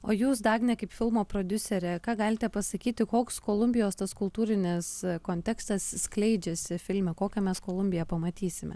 o jūs dagne kaip filmo prodiuserė ką galite pasakyti koks kolumbijos tas kultūrinis kontekstas skleidžiasi filme kokią mes kolumbiją pamatysime